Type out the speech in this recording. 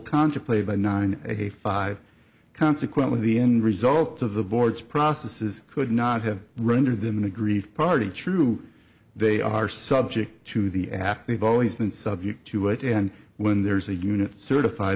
contra played by nine and a five consequently the end result of the board's processes could not have rendered them an aggrieved party true they are subject to the act they've always been subject to it and when there's a unit certified